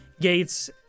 gates